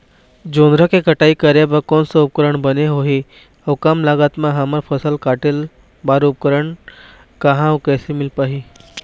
जोंधरा के कटाई करें बर कोन सा उपकरण बने होही अऊ कम लागत मा हमर फसल कटेल बार उपकरण कहा अउ कैसे मील पाही?